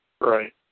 Right